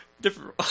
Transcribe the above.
Different